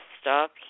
stop